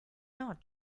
not